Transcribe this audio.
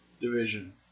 Division